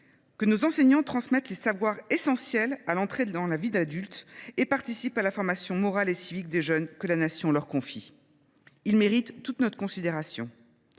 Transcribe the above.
que nos enseignants transmettent les savoirs essentiels à l’entrée dans la vie d’adulte et participent à la formation morale et civique des jeunes que la Nation leur confie. Ils méritent toute notre considération.